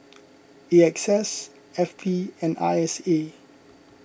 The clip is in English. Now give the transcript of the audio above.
A X S F T and I S A